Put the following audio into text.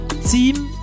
Team